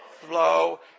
flow